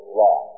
law